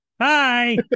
Hi